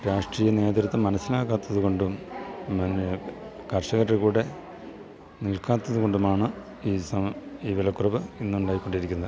രാഷ്ട്രീയ നേതൃത്ത്വം മനസ്സിലാക്കാത്തതു കൊണ്ടും പിന്നെ കർഷകരുടെ കൂടെ നിൽക്കാത്തതു കൊണ്ടുമാണ് ഈ സ ഈ വിലക്കുറവ് ഇന്നുണ്ടായിക്കൊണ്ടിരിക്കുന്നത്